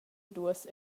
duos